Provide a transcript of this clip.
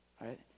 right